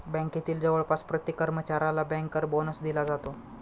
बँकेतील जवळपास प्रत्येक कर्मचाऱ्याला बँकर बोनस दिला जातो